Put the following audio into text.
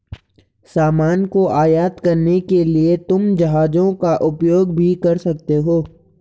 सामान को आयात करने के लिए तुम जहाजों का उपयोग भी कर सकते हो